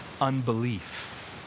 unbelief